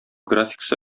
графикасы